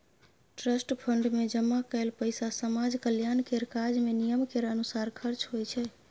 trust fund मे जमा कएल पैसा समाज कल्याण केर काज मे नियम केर अनुसार खर्च होइ छै